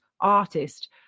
artist